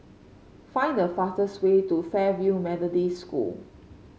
find the fastest way to Fairfield Methodist School